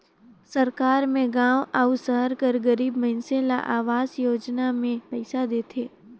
सरकार में गाँव अउ सहर कर गरीब मइनसे ल अवास योजना में पइसा देथे